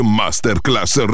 masterclass